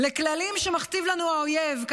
לכללים שמכתיב לנו האויב,